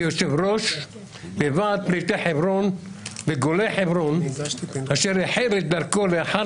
כיושב-ראש ועד פליטי חברון וגולי חברון אשר החל את דרכו לאחר